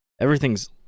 Everything's